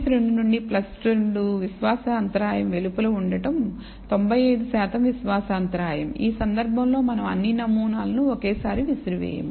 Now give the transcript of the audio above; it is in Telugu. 2 నుండి 2 విశ్వాస అంతరాయం వెలుపల ఉండటం 95 శాతం విశ్వాస అంతరాయం ఈ సందర్భంలో మనం అన్ని నమూనాలను ఒకేసారి విసిరివేయము